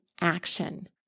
action